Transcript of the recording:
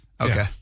Okay